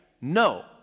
No